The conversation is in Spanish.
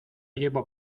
llevo